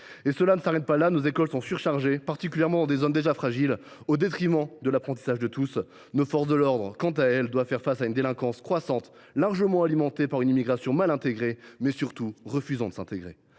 ! Ce n’est pas tout. Nos écoles sont surchargées, particulièrement dans des zones déjà fragiles, au détriment de l’apprentissage de tous. Nos forces de l’ordre, quant à elles, doivent faire face à une délinquance croissante, largement alimentée par une immigration mal intégrée, mais surtout refusant de s’intégrer.